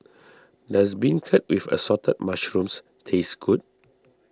does Beancurd with Assorted Mushrooms taste good